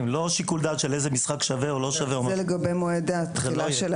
אני לא חושבת שמשחקים חשובים זה יהיה נימוקים מיוחדים לדחות.